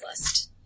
list